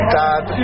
dad